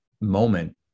moment